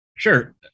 Sure